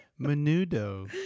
Menudo